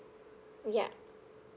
yup